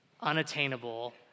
unattainable